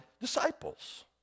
disciples